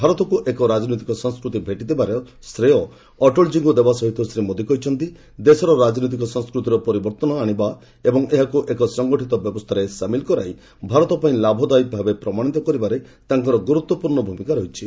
ଭାରତକୁ ଏକ ରାଜନୈତିକ ସଂସ୍କୃତି ଭେଟିଦେବାର ଶ୍ରେୟ ଅଟଳଜୀଙ୍କୁ ଦେବା ସହିତ ଶ୍ରୀ ମୋଦି କହିଛନ୍ତି ଦେଶର ରାଜନୈତିକ ସଂସ୍କୃତିର ପରିବର୍ତ୍ତନ ଆଣିବା ଏବଂ ଏହାକୁ ଏକ ସଂଗଠିତ ବ୍ୟବସ୍ଥାରେ ସାମିଲ କରାଇ ଭାରତପାଇଁ ଲାଭଦାୟୀ ଭାବେ ପ୍ରମାଣିତ କରିବାରେ ତାଙ୍କର ଗୁରୁତ୍ୱପୂର୍ଣ୍ଣ ଭୂମିକା ରହିଛି